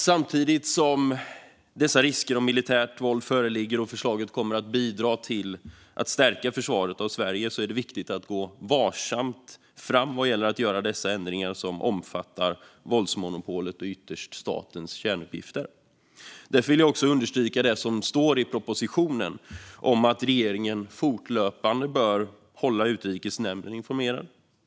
Samtidigt som dessa risker för militärt våld föreligger och förslaget kommer att bidra till att stärka försvaret av Sverige är det viktigt att gå varsamt fram med dessa ändringar som omfattar våldsmonopolet och ytterst statens kärnuppgifter. Därför vill jag understryka det som står i propositionen om att regeringen fortlöpande bör hålla Utrikesnämnden informerad.